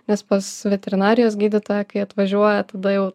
nes pas veterinarijos gydytoją kai atvažiuoja tada jau